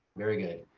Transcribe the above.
very good.